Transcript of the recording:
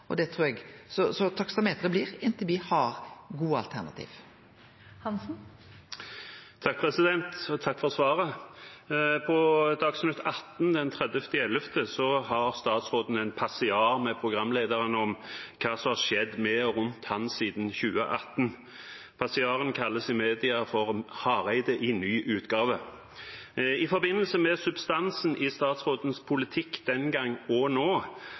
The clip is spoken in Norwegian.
så taksameteret blir inntil me har gode alternativ. Takk for svaret. På Dagsnytt 18 den 30. november har statsråden en passiar med programlederen om hva som har skjedd med og rundt han siden 2018. Passiaren kalles i media for en Hareide i ny utgave. I forbindelse med substansen i statsrådens politikk den gang og nå,